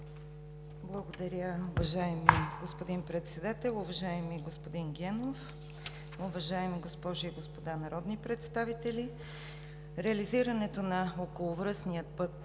Благодаря Ви, уважаеми господин Председател. Уважаеми господин Генов, уважаеми госпожи и господа народни представители! Реализирането на околовръстния път